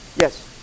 Yes